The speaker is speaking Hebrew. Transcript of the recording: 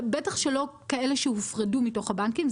בטח לא כאלה שהופרדו מתוך הבנקים.